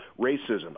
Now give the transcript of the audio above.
racism